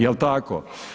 Jel tako?